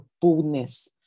boldness